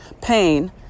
pain